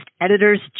editor's